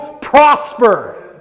prosper